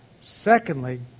Secondly